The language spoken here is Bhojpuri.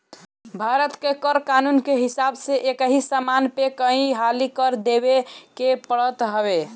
भारत के कर कानून के हिसाब से एकही समान पे कई हाली कर देवे के पड़त हवे